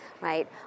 right